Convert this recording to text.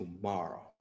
tomorrow